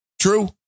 True